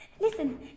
Listen